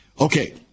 Okay